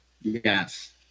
Yes